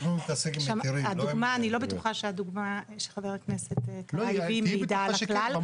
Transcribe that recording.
אני לא בטוחה שהדוגמה מעידה על הכלל.